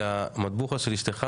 מי נגד?